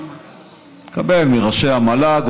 מקבל מראשי המל"ג,